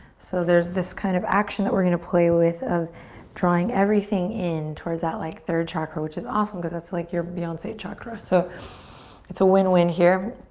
so there's this kind of action that we're going to play with of drawing everything in towards that like third chakra which is awesome because it's like you're beyonce chakra. so it's a win-win here.